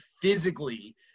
physically